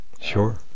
sure